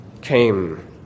came